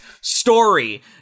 story